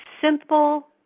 Simple